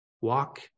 Walk